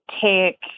take